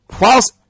Whilst